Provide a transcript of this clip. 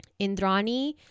Indrani